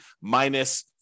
minus